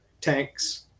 tanks